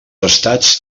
estats